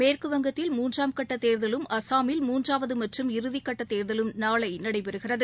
மேற்குவங்கத்தில் மூன்றாம் கட்டத் தேர்தலும் அசாமில் மூன்றாவது மற்றும் இறுதிக் கட்டத் தேர்தலும் நாளை நடைபெறுகிறது